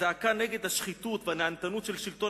הזעקה נגד השחיתות והנהנתנות של שלטון